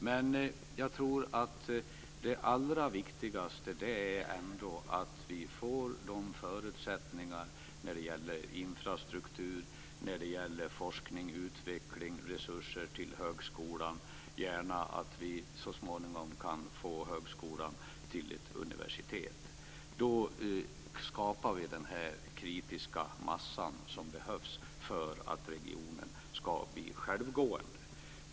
Men jag tror att det allra viktigaste ändå är att vi får förutsättningar när det gäller infrastruktur, forskning och utveckling och resurser till högskolan. Högskolan kan gärna så småningom få bli ett universitet. Då skapar vi den kritiska massa som behövs för att regionen ska bli självgående.